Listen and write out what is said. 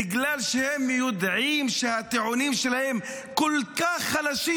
בגלל שהם יודעים שהטיעונים שלהם כל כך חלשים,